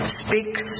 speaks